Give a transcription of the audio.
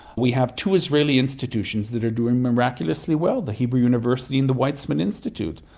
we have two israeli institutions that are doing miraculously well the hebrew university and the weitzmann institute.